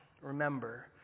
remember